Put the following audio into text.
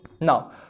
now